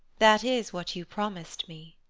that is what you promised me.